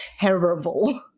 terrible